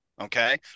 Okay